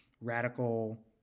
radical